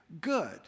good